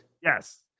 Yes